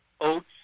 oats